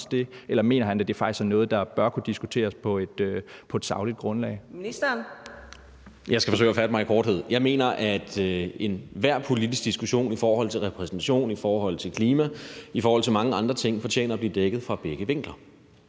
(Karina Adsbøl): Ministeren. Kl. 13:26 Kulturministeren (Jakob Engel-Schmidt): Jeg skal forsøge at fatte mig i korthed. Jeg mener, at enhver politisk diskussion i forhold til repræsentation, i forhold til klima, i forhold til mange andre ting fortjener at blive dækket fra begge vinkler.